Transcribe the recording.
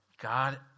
God